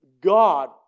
God